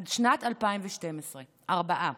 עד שנת 2012 ארבעה